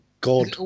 god